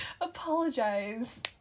apologize